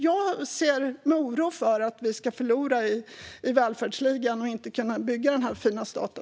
Jag ser med oro på att vi ska förlora i välfärdsligan och inte kunna bygga den här fina staten.